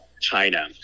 China